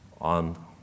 on